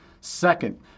Second